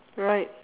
right